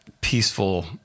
peaceful